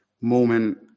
moment